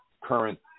current